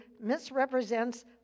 misrepresents